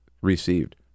received